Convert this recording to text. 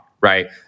Right